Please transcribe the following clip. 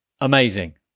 Amazing